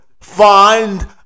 find